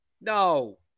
No